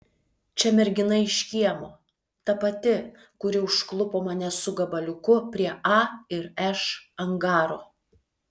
čia mergina iš kiemo ta pati kuri užklupo mane su gabaliuku prie a ir š angaro